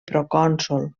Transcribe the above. procònsol